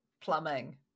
plumbing